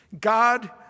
God